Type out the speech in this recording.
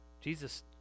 Jesus